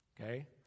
Okay